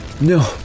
No